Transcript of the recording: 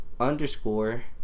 Underscore